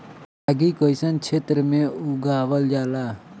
रागी कइसन क्षेत्र में उगावल जला?